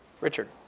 Richard